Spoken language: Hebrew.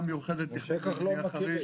ב-2018 מצד אחד דובר על שני נציגים.